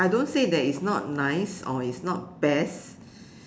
I don't say that it's not nice or it's not best